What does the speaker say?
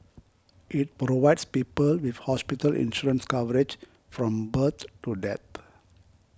it provides people with hospital insurance coverage from birth to death